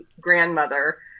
grandmother